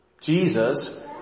Jesus